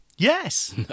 Yes